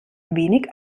wenig